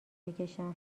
بکشم